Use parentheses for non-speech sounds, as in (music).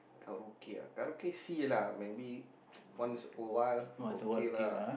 karaoke ah karaoke see lah maybe (noise) once awhile okay lah